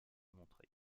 montreuil